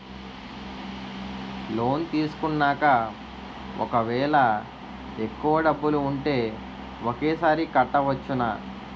Loan తీసుకున్నాక ఒకవేళ ఎక్కువ డబ్బులు ఉంటే ఒకేసారి కట్టవచ్చున?